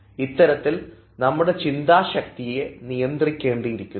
ഇത്തരത്തിൽ നമ്മുടെ ചിന്താശക്തിയെ നിയന്ത്രിക്കേണ്ടിയിരിക്കുന്നു